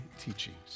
teachings